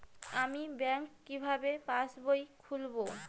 আমি ব্যাঙ্ক কিভাবে পাশবই খুলব?